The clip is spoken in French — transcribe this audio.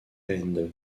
haendel